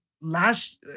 last